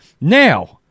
Now